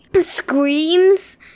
screams